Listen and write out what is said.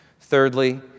Thirdly